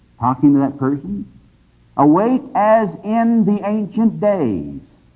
talking to that person awake, as in the ancient days.